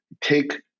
take